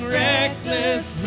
reckless